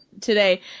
today